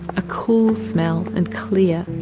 a cool smell, and clear,